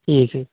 ٹھیک ہے